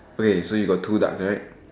okay so you got two ducks right